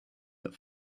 that